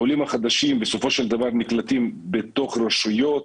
העולים החדשים בסופו של דבר נקלטים בתוך רשויות